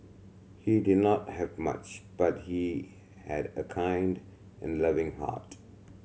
he did not have much but he had a kind and loving heart